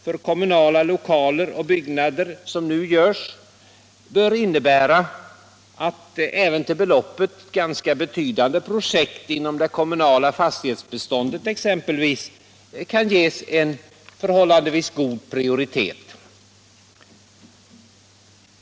för kommunala lokaler och byggnader som nu genomförs bör innebära att även till beloppet ganska betydande projekt exempelvis inom det kommunala fastighetsbeståndet kan ges en förhållandevis hög prioritet.